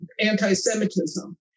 anti-Semitism